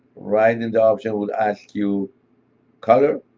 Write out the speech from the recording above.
right in the option will ask you color,